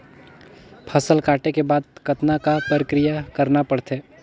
फसल काटे के बाद कतना क प्रक्रिया करना पड़थे?